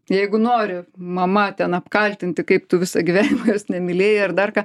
jeigu nori mama ten apkaltinti kaip tu visą gyvenimą jos nemylėjai ar dar ką